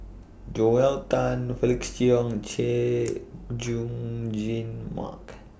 Joel Tan Felix Cheong Chay Jung Jun Mark